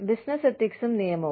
business എത്തിക്സും നിയമവും